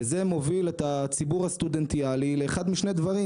וזה מוביל את הציבור הסטודנטיאלי לאחד משני דברים: